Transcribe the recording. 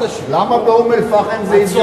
למה באום-אל-פחם זה התגרות?